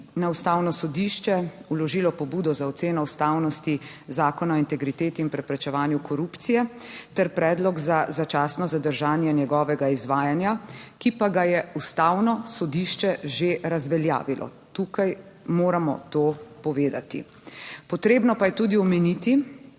na Ustavno sodišče vložilo pobudo za oceno ustavnosti Zakona o integriteti in preprečevanju korupcije ter predlog za začasno zadržanje njegovega izvajanja, ki pa ga je Ustavno sodišče že razveljavilo; tukaj moramo to povedati. Potrebno pa je tudi omeniti,